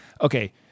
okay